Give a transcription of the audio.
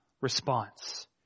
response